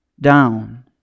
down